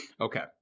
Okay